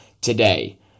today